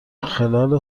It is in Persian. خلال